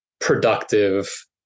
productive